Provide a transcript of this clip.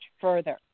further